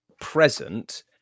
present